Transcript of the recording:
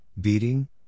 beating